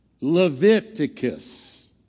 Leviticus